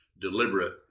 deliberate